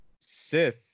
Sith